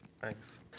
Thanks